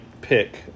pick